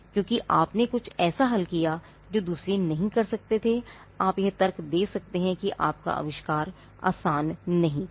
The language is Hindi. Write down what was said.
क्योंकि आपने कुछ ऐसा हल किया जो दूसरे नहीं कर सकते आप यह तर्क दे सकते हैं कि आपका आविष्कार आसान नहीं था